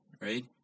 right